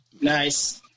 nice